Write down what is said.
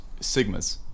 Sigmas